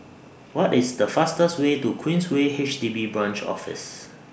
What IS The fastest Way to Queensway H D B Branch Office